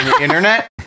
internet